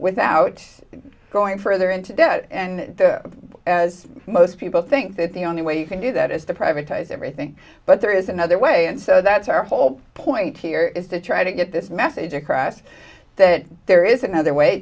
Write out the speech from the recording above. without going further into debt and as most people think that the only way you can do that is the privatized everything but there is another way and so that's our whole point here is to try to get this message across that there is another way